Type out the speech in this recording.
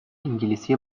انگلیسی